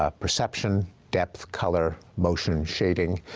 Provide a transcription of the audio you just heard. ah perception, depth, color, motion, shading,